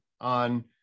on